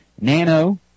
nano